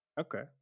Okay